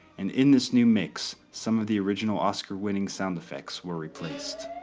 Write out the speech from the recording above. and in this new mix, some of the original oscar-winning sound effects were replaced.